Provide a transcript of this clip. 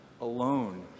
alone